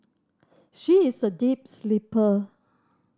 she is a deep sleeper